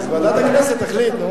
אז ועדת הכנסת תחליט.